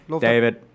David